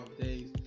days